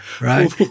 right